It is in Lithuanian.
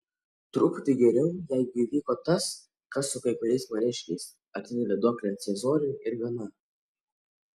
truputį geriau jeigu įvyko tas kas su kai kuriais maniškiais atidavė duoklę ciesoriui ir gana